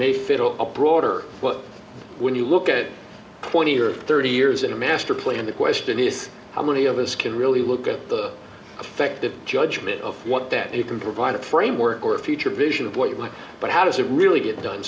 fiddle a broader but when you look at twenty or thirty years in a master play and the question is how many of us can really look at the effect of judgment of what that you can provide a framework or a future vision of what you'd like but how does it really get done